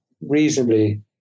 reasonably